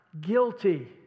guilty